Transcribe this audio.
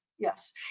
Yes